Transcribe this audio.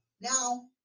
Now